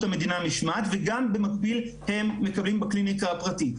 המדינה (משמעת) וגם במקביל הם מקבלים בקליניקה הפרטית.